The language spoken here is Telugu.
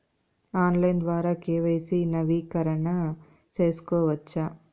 ఆన్లైన్ ద్వారా కె.వై.సి నవీకరణ సేసుకోవచ్చా?